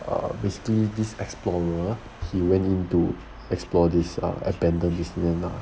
err basically this explorer he went in to explore this err abandoned disneyland lah